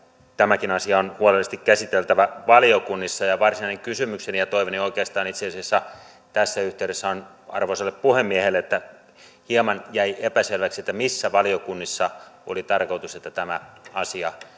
tämäkin asia on huolellisesti käsiteltävä valiokunnissa varsinainen kysymykseni ja toiveeni oikeastaan itse asiassa tässä yhteydessä onkin arvoisalle puhemiehelle kun hieman jäi epäselväksi missä valiokunnissa oli tarkoitus tämä asia